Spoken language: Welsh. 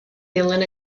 dilyn